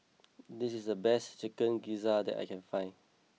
this is the best Chicken Gizzard that I can find